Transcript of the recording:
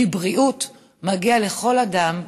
כי בריאות מגיע לכל אדם,